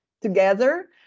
together